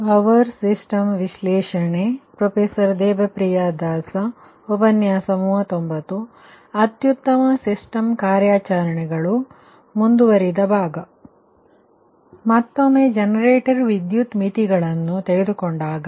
optimal system ಕಾರ್ಯಾಚರಣೆ ಮುಂದುವರಿದ ಭಾಗ ಮತ್ತೊಮ್ಮೆ ಜನರೇಟರ್ ವಿದ್ಯುತ್ ಮಿತಿಗಳನ್ನು ತೆಗೆದುಕೊಂಡಾಗ